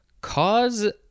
cause